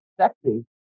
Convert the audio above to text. sexy